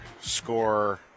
score